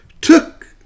took